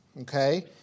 Okay